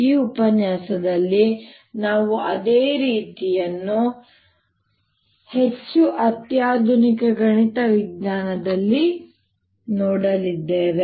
ಈ ಉಪನ್ಯಾಸದಲ್ಲಿ ನಾವು ಅದೇ ರೀತಿಯನ್ನು ಹೆಚ್ಚು ಅತ್ಯಾಧುನಿಕ ಗಣಿತ ವಿಧಾನದಲ್ಲಿ ನೋಡಲಿದ್ದೇವೆ